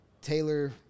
Taylor